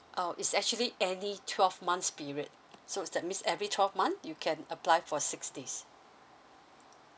oh it's actually any twelve months period so is that means every twelve month you can apply for six days